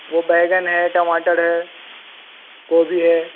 वह बैंगन हैं टमाटर है गोभी है